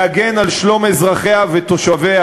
להגן על שלום אזרחיה ותושביה,